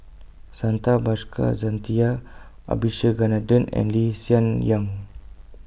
Santha Bhaskar Jacintha Abisheganaden and Lee Sien Yang